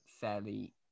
fairly